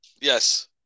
Yes